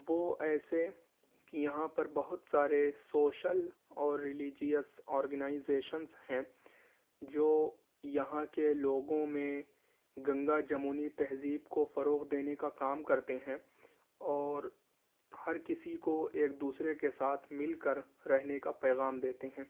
وہ ایسے کہ یہاں پر بہت سارے سوشل اور ریلیجیس آرگنائزیشنس ہیں جو یہاں کے لوگوں میں گنگا جمونی تہذیب کو فروغ دینے کا کام کرتے ہیں اور ہر کسی کو ایک دوسرے کے ساتھ مل کر رہنے کا پیغام دیتے ہیں